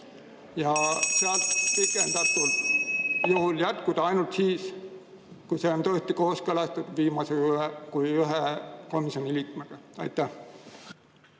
Sealt pikendatult saab jätkuda ainult siis, kui see on tõesti kooskõlastatud viimase kui ühe komisjoni liikmega. Aitäh!